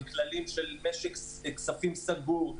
עם כללים של משק כספים סדור,